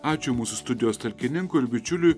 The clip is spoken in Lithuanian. ačiū mūsų studijos talkininkui ir bičiuliui